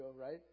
right